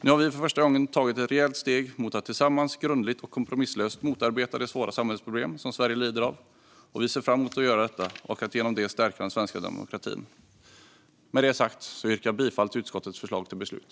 Nu har vi för första gången tagit ett reellt steg mot att tillsammans - grundligt och kompromisslöst - motarbeta de svåra samhällsproblem som Sverige lider av. Vi ser fram emot att göra detta och att därigenom stärka den svenska demokratin. Med detta sagt yrkar jag bifall till utskottets förslag till beslut.